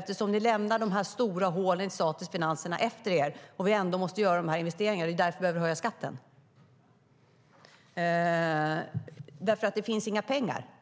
Eftersom ni lämnade de stora hålen i statens finanser efter er måste vi göra dessa stora investeringar. Det är därför vi vill höja skatten.